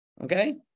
Okay